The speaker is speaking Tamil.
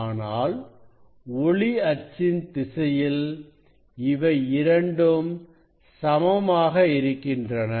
ஆனால் ஒளி அச்சின் திசையில் இவை இரண்டும் சமமாக இருக்கின்றன